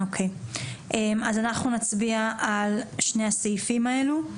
אוקיי, אז אנחנו נצביע על שני הסעיפים האלו.